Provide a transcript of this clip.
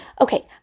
Okay